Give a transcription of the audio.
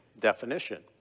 definition